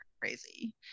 crazy